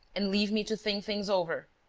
and leave me to think things over?